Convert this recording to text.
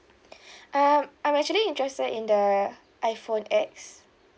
um I'm actually interested in the iphone X